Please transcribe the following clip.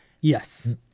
Yes